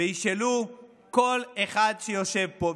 ישאלו כל אחד שיושב פה.